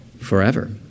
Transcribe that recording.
forever